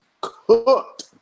cooked